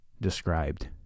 described